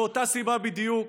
מאותה סיבה בדיוק,